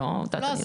אחלה.